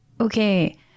Okay